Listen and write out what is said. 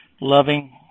loving